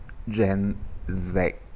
gen Z